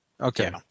Okay